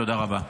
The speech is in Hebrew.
תודה רבה.